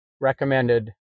recommended